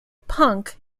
punk